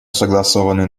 согласованный